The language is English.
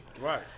Right